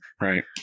Right